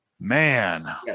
Man